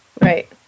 right